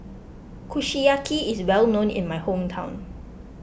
Kushiyaki is well known in my hometown